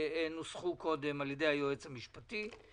שנוסחו קודם על ידי היועץ המשפטי,